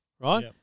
right